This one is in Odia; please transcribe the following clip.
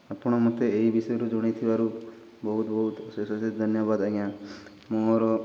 ଆପଣ ମୋତେ ଏହି ବିଷୟରୁ ଜଣାଇଥିବାରୁ ବହୁତ ବହୁତ ଅଶେଷ ଅଶେଷ ଧନ୍ୟବାଦ ଆଜ୍ଞା ମୋର